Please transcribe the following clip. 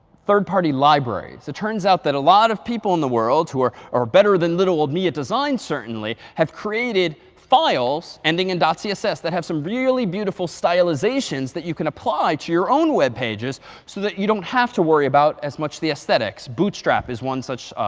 third party libraries. it turns out that a lot of people in the world who are are better than little old me at design certainly have created files ending and in css that have some really beautiful stylizations that you can apply to your own web pages so that you don't have to worry about as much the aesthetics. bootstrap is one such